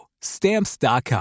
Stamps.com